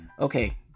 Okay